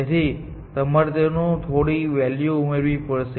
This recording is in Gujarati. તેથી તમારે તેમાં થોડી વેલ્યુ ઉમેરવી પડશે